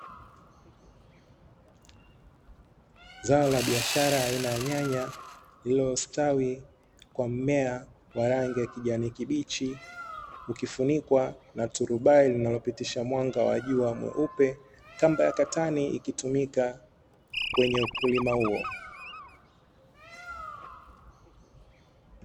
Zao la biashara aina ya nyanya lililostawi kwa mmea wa rangi ya kijani kibichi, ukifunikwa na turubai linalopitisha mwanga wa jua mweupe. Kamba ya katani ikitumika kwenye ukulima huo.